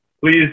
please